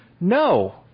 No